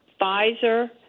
Pfizer